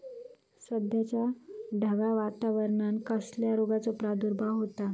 सध्याच्या ढगाळ वातावरणान कसल्या रोगाचो प्रादुर्भाव होता?